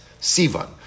Sivan